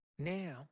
Now